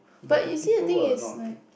but you see the thing is like